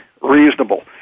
reasonable